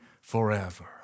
forever